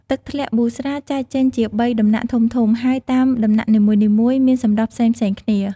ទឹកជ្រោះប៊ូស្រាចែកចេញជាបីដំណាក់ធំៗ ហើយតាមដំណាក់នីមួយៗមានសម្រស់ផ្សេងៗគ្នា។